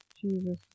jesus